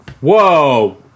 Whoa